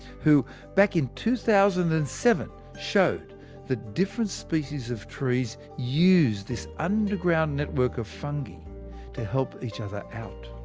who back in two thousand and seven showed that different species of trees used this underground network of fungi to help each other out.